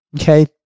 Okay